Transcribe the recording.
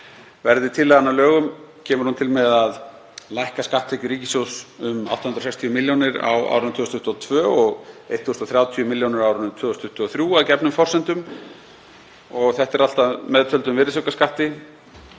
Verði tillagan að lögum kemur hún til með að lækka skatttekjur ríkissjóðs um 860 millj. kr. á árinu 2022 og 1.030 milljónir á árinu 2023 að gefnum forsendum og þetta er allt að meðtöldum virðisaukaskatti.